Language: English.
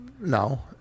No